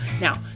Now